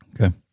Okay